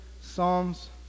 Psalms